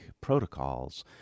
protocols